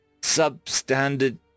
substandard